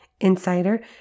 Insider